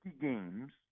games